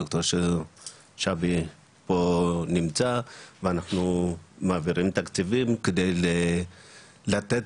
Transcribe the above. דוקטור שבי אהרון שנמצא פה ואנחנו מעבירים תקציבים כדי לתת